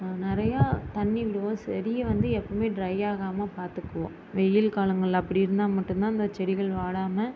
நிறையா தண்ணி விடுவோம் செடியை வந்து எப்போயுமே ட்ரை ஆகாமல் பார்த்துக்குவோம் வெயில் காலங்களில் அப்படி இருந்தால் மட்டும் தான் அந்த செடிகள் வாடாமல்